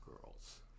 girls